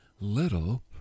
little